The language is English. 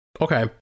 Okay